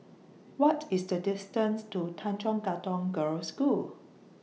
What IS The distance to Tanjong Katong Girls' School